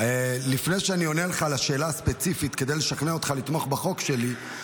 לפני שאני עונה לך על השאלה הספציפית כדי לשכנע אותך לתמוך בחוק שלי,